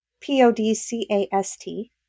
P-O-D-C-A-S-T